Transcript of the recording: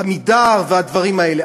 "עמידר" והדברים האלה,